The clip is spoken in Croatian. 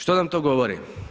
Što nam to govori?